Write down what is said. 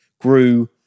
grew